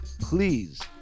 please